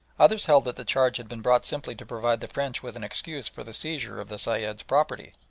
others held that the charge had been brought simply to provide the french with an excuse for the seizure of the sayed's property.